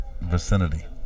vicinity